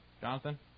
Jonathan